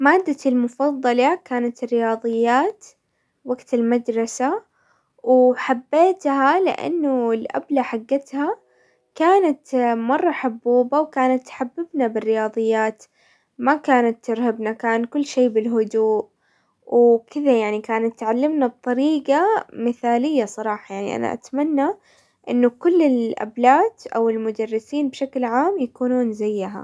مادتي المفضلة كانت الرياضيات وقت المدرسة وحبيتها لانه الابلة حقتها كانت مرة حبوبة، وكانت تحببنا بالرياضيات. ما كانت ترهبنا كان كل شي بالهدوء وكذا يعني كانت تعلمنا بطريقة مثالية، صراحة يعني انا اتمنى ان كل الابلات او المدرسين بشكل عام يكونون زيها.